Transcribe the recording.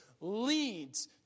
leads